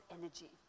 energy